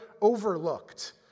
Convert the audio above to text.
overlooked